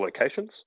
locations